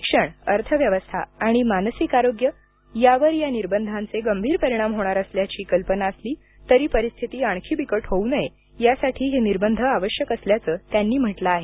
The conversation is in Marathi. शिक्षण अर्थव्यवस्था आणि मानसिक आरोग्य यावर या निर्बंधांचे गंभीर परिणाम होणार असल्याची कल्पना असली तरी परिस्थिती आणखी बिकट होऊ नये यासाठी हे निर्बंध आवश्यक असल्याचं त्यांनी म्हटलं आहे